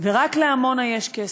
ורק לעמונה יש כסף.